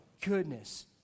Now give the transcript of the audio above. goodness